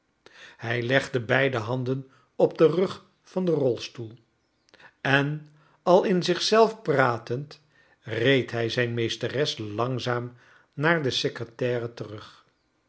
hij lgde beide handen op den rug van den roistoel en al in zich zelf pratend reed hij zijn meesteres langzaani naar de secretaire uerug